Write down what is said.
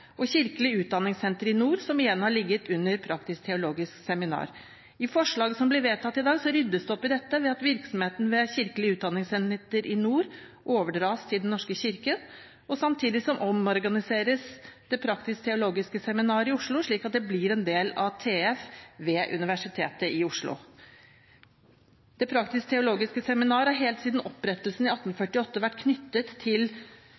og Kirkelig utdanningssenter i nord, som igjen har ligget under Det praktisk-teologiske seminar. I forslaget som blir vedtatt i dag, ryddes det opp i dette ved at virksomheten ved Kirkelig utdanningssenter i nord overdras til Den norske kirke. Samtidig omorganiseres Det praktisk-teologiske seminar i Oslo, slik at det blir en del av Det teologiske fakultet ved Universitetet i Oslo. Det praktisk-teologiske seminar har helt siden opprettelsen i 1848 vært knyttet til